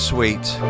Suite